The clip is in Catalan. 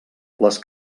les